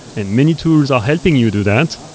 and many tools are helping you do that.